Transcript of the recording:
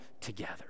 together